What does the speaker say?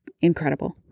incredible